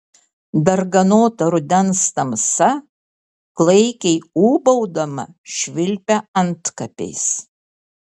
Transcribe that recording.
darganota rudens tamsa klaikiai ūbaudama švilpia antkapiais